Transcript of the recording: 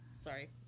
sorry